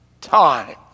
time